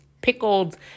pickled